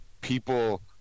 people